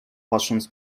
patrząc